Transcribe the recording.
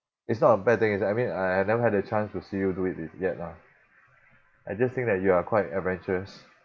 it's not a bad thing it's I mean I I never had a chance to see you do it with yet lah I just think that you are quite adventurous